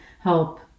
help